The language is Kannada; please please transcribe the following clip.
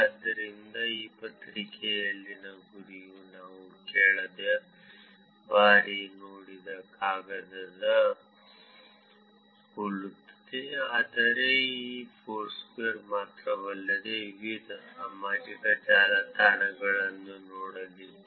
ಆದ್ದರಿಂದ ಈ ಪತ್ರಿಕೆಯಲ್ಲಿನ ಗುರಿಯು ನಾವು ಕಳೆದ ಬಾರಿ ನೋಡಿದ ಕಾಗದಕ್ಕೆ ಹೋಲುತ್ತದೆ ಆದರೆ ಇದು ಫೋರ್ಸ್ಕ್ವೇರ್ ಮಾತ್ರವಲ್ಲದೆ ವಿವಿಧ ಸಾಮಾಜಿಕ ಜಾಲತಾಣಗಳನ್ನು ನೋಡಲಿದೆ